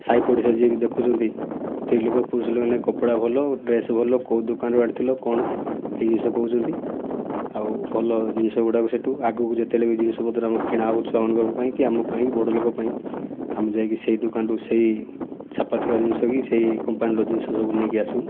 ସାହି ପଡ଼ିଶା ଯିଏବି ଦେଖୁଛନ୍ତି ସ୍ତ୍ରୀ ଲୋକ ପୁରୁଷ ଲୋକମାନେ କପଡ଼ା ଭଲ ଡ୍ରେସ୍ ଭଲ କେଉଁ ଦୋକାନରୁ ଆଣିଥିଲ କ'ଣ ଏହି ଜିନିଷ କହୁଛନ୍ତି ଆଉ ଭଲ ଜିନିଷ ଗୁଡ଼ାକ ସେଠୁ ଆଗୁକୁ ଯେତବେଳେ ବି ଜିନିଷ ପତ୍ର ଆମର କିଣା ହେବ ଛୁଆ ମାନଙ୍କର ପାଇଁ କି ଆମ ପାଇଁ ବଡ଼ ଲୋକ ପାଇଁ ଆମେ ଯାଇ ସେହି ଦୋକାନରୁ ସେହି ଛାପା ଥିବା ଜିନିଷ କି ସେହି କମ୍ପାନୀର ଜିନିଷ ସବୁ ନେଇକି ଆସିବୁ